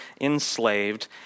enslaved